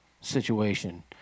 situation